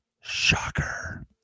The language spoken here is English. Shocker